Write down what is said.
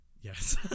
Yes